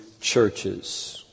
Churches